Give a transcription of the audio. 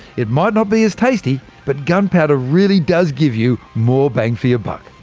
it might not be as tasty, but gunpowder really does give you more bang for your buck.